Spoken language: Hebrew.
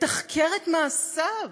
לתחקר את מעשיו,